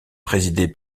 présidé